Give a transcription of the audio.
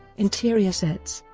interior sets